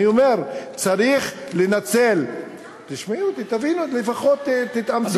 אני אומר, תשמעי אותי, תביני, לפחות תתאמצי להבין.